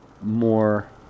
more